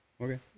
okay